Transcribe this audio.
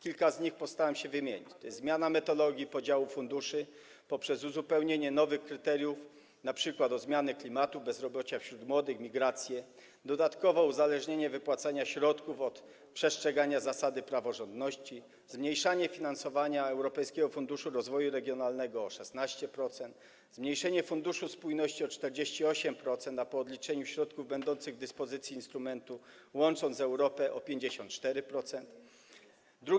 Kilka z nich postaram się wymienić: zmiana metodologii podziału funduszy poprzez uzupełnienie nowych kryteriów np. o zmianę klimatu bezrobocia wśród młodych czy migrację, dodatkowo uzależnienie wypłacania środków od przestrzegania zasady praworządności, zmniejszenie finansowania Europejskiego Funduszu Rozwoju Regionalnego o 16%, zmniejszenie Funduszu Spójności o 48%, a po odliczeniu środków będących w dyspozycji instrumentu „Łącząc Europę” - o 54%,